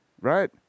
Right